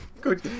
Good